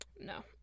No